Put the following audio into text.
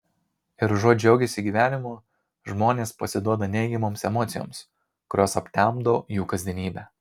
ir užuot džiaugęsi gyvenimu žmonės pasiduoda neigiamoms emocijoms kurios aptemdo jų kasdienybę